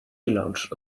lounge